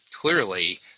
clearly